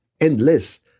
endless